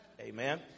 Amen